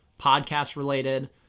podcast-related